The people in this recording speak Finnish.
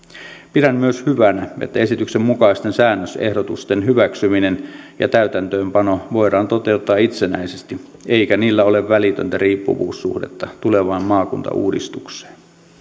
pidän myös hyvänä että esityksen mukaisten säännösehdotusten hyväksyminen ja täytäntöönpano voidaan toteuttaa itsenäisesti eikä niillä ole välitöntä riippuvuussuhdetta tulevaan maakuntauudistukseen